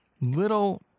little